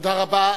תודה רבה.